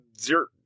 zero